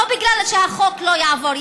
לא בגלל שהחוק לא יעבור,